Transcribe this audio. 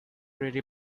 rarely